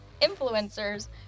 influencers